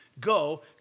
Go